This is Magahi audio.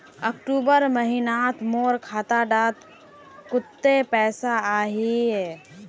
अक्टूबर महीनात मोर खाता डात कत्ते पैसा अहिये?